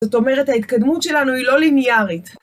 זאת אומרת, ההתקדמות שלנו היא לא ליניארית.